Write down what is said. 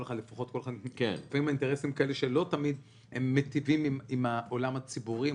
כל אחד מביא אינטרסים שלו שלא תמיד מיטיבים עם העולם הציבורי,